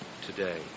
today